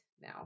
now